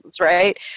right